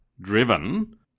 driven